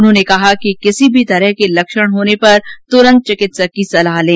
उन्होंने कहा कि किसी भी तरह के लक्षण होने पर तूरंत चिकित्सक की सलाह लें